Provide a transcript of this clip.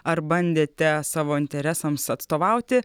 ar bandėte savo interesams atstovauti